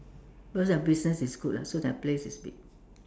cause their business is good lah so their place is big